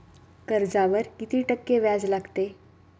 कर्जावर किती टक्के व्याज लागते?